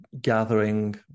gathering